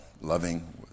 Loving